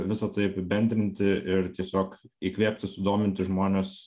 visa tai apibendrinti ir tiesiog įkvėpti sudominti žmones